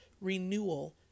renewal